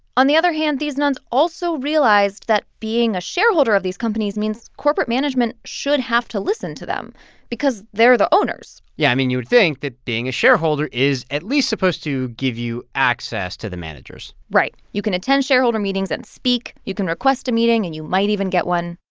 on the other hand, these nuns also realized that being a shareholder of these companies means corporate management should have to listen to them because they're the owners yeah. i mean, you would think that being a shareholder is at least supposed to give you access to the managers right. you can attend shareholder meetings and speak. you can request a meeting, and you might even get one.